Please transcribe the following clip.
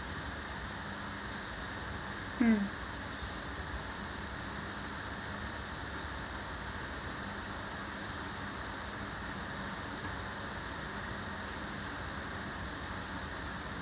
mm